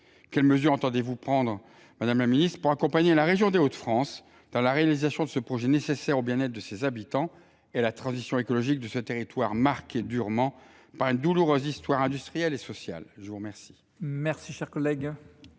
Quelles mesures entendez vous prendre pour accompagner la région des Hauts de France dans la réalisation de ce projet nécessaire au bien être de ses habitants et à la transition écologique de ce territoire, marqué durement par une douloureuse histoire industrielle et sociale ? La parole est à Mme la